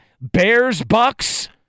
Bears-Bucks